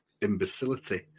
imbecility